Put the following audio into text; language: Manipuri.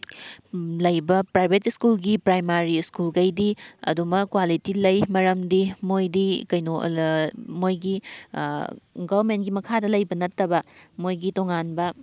ꯂꯩꯕ ꯄ꯭ꯔꯥꯏꯚꯦꯠ ꯁ꯭ꯀꯨꯜꯒꯤ ꯄ꯭ꯔꯥꯏꯃꯥꯔꯤ ꯁ꯭ꯀꯨꯜꯈꯩꯗꯤ ꯑꯗꯨꯃꯛ ꯀ꯭ꯋꯥꯂꯤꯇꯤ ꯂꯩ ꯃꯔꯝꯗꯤ ꯃꯣꯏꯗꯤ ꯀꯩꯅꯣ ꯃꯣꯏꯒꯤ ꯒꯣꯃꯦꯟꯒꯤ ꯃꯈꯥꯗ ꯂꯩꯕ ꯅꯠꯇꯕ ꯃꯣꯏꯒꯤ ꯇꯣꯉꯥꯟꯕ